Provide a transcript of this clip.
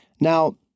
Now